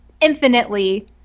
infinitely